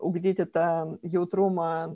ugdyti tą jautrumą